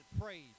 prayed